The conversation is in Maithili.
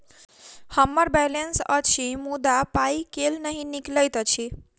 हम्मर बैलेंस अछि मुदा पाई केल नहि निकलैत अछि?